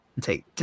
Take